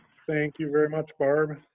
thank you very much, barb.